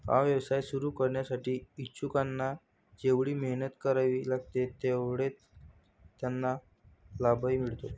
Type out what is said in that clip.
हा व्यवसाय सुरू करण्यासाठी इच्छुकांना जेवढी मेहनत करावी लागते तेवढाच त्यांना लाभही मिळतो